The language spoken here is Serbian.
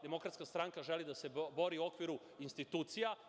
Demokratska stranka želi da se bori u okviru institucija.